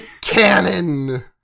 Cannon